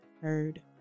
heard